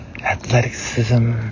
athleticism